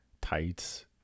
tights